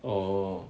orh